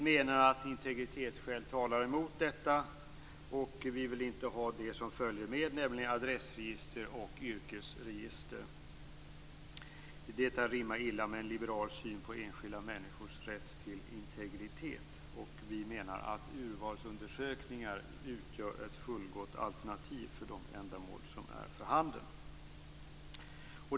Vi menar att integritetskäl talar emot detta. Vi vill inte ha det som följer med, nämligen adressregister och yrkesregister. Det rimmar illa med en liberal syn på enskilda människors rätt till integritet. Vi menar att urvalsundersökningar utgör ett fullgott alternativ för de ändamål som är för handen.